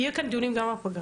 יהיו כאן דיונים גם בפגרה,